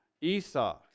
Esau